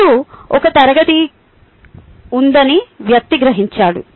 ముందు ఒక తరగతి ఉందని వ్యక్తి గ్రహించాడు